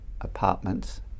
apartments